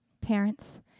Parents